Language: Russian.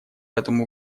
этому